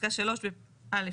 בפסקה 3. א.